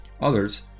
others